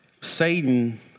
Satan